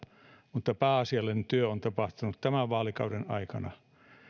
mutta pääasiallinen työ on tapahtunut tämän vaalikauden aikana